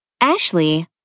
Ashley